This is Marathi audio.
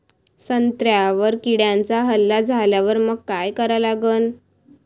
संत्र्यावर किड्यांचा हल्ला झाल्यावर मंग काय करा लागन?